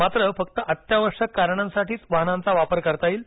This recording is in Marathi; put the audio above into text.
मात्र फक्त अत्यावश्यक कारणांसाठीच वाहनांचा वापर करता येईल